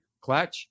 clutch